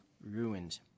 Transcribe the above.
ruined